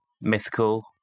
mythical